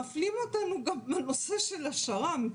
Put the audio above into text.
מפלים אותנו גם בנושא של השר"מ,